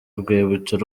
urwibutso